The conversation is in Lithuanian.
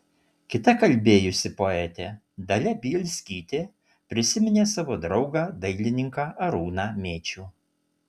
kita kalbėjusi poetė dalia bielskytė prisiminė savo draugą dailininką arūną mėčių